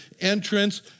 entrance